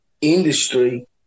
industry